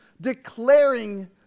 declaring